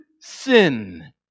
sin